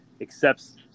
accepts